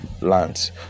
lands